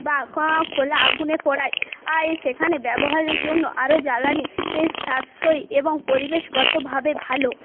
বা খোলা আগুনে পোড়ায় আয় সেখানে ব্যবহারের জন্য আরও জ্বালানি এ সাশ্রয়ী এবং পরিবেশগতভাবে ভালো